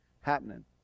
happening